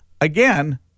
again